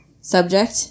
subject